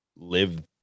live